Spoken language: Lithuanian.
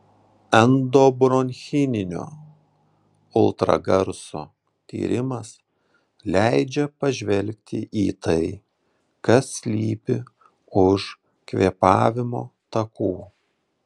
endobronchinio ultragarso tyrimas leidžia pažvelgti į tai kas slypi už kvėpavimo takų